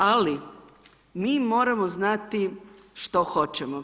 Ali mi moramo znati što hoćemo.